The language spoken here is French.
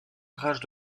rage